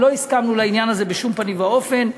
ולא הסכמנו לעניין הזה בשום פנים ואופן.